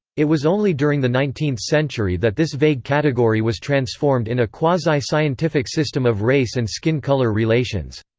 it was only during the nineteenth century that this vague category was transformed in a quasi-scientific system of race and skin color relations.